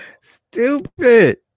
Stupid